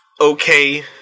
Okay